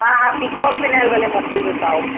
हा हा पीकॉक फ़िलाइल भले मोकिलिजो साओ